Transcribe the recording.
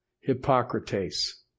Hippocrates